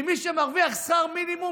ממי שמרוויח שכר מינימום.